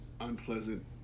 unpleasant